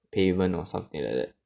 payment or something like that